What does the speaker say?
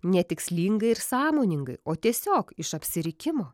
netikslinga ir sąmoningai o tiesiog iš apsirikimo